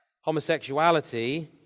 Homosexuality